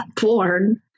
born